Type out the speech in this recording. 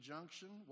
Junction